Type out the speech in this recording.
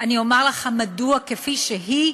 אני אומר לך מדוע כפי שהיא